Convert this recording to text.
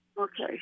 Okay